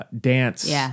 dance